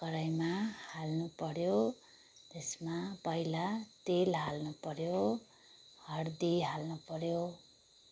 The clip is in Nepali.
कराहीमा हाल्नुपऱ्यो त्यसमा पहिला तेल हाल्नुपर्यो हर्दी हाल्नुपऱ्यो